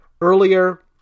earlier